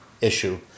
issue